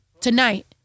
Tonight